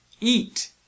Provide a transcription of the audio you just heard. eat